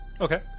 okay